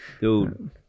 Dude